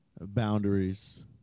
Boundaries